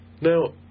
Now